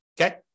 Okay